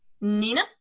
Nina